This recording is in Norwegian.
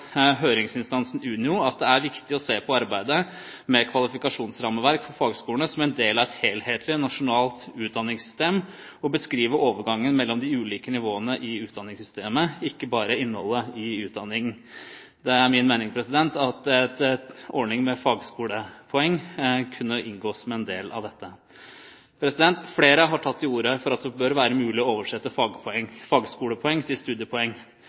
høringsinstansen Unio at det er viktig å se på arbeidet med kvalifikasjonsrammeverk for fagskolene som en del av et helhetlig nasjonalt utdanningssystem og beskrive overgangen mellom de ulike nivåene i utdanningssystemet, ikke bare innholdet i utdanningen. Det er min mening at en ordning med fagskolepoeng kunne inngå som en del av dette. Flere har tatt til orde for at det bør være mulig å oversette fagskolepoeng til studiepoeng.